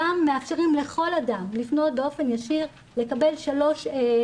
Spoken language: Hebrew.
גם מאפשרים לכל אדם לפנות באופן ישיר לקבל שלושה